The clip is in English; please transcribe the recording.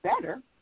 better